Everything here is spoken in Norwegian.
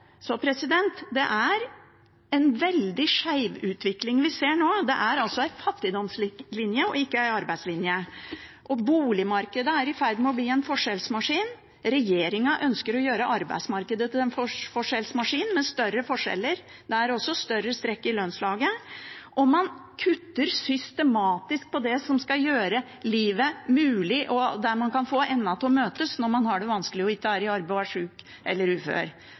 Så det er en veldig skjevutvikling vi ser nå. Det er en fattigdomslinje og ikke en arbeidslinje. Boligmarkedet er i ferd med å bli en forskjellsmaskin. Regjeringen ønsker å gjøre arbeidsmarkedet til en forskjellsmaskin, med større forskjeller. Det er også større strekk i lønnslaget. Man kutter systematisk i det som skal gjøre livet mulig, og der man kan få endene til å møtes når man har det vanskelig og ikke er i arbeid og er syk eller ufør.